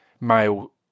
male